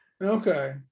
okay